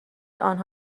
آنها